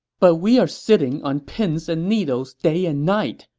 but we're sitting on pins and needles day and night,